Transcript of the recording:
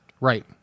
right